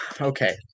Okay